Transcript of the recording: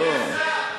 אני לא,